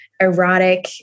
erotic